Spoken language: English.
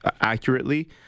accurately